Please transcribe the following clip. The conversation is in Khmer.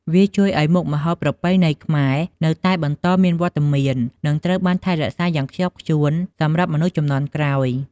វាជួយឲ្យមុខម្ហូបប្រពៃណីខ្មែរនៅតែបន្តមានវត្តមាន និងត្រូវបានថែរក្សាយ៉ាងខ្ជាប់ខ្ជួនសម្រាប់មនុស្សជំនាន់ក្រោយ។